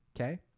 Okay